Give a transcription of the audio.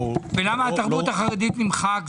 -- ולמה תקציב התרבות החרדית נמחק?